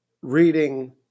reading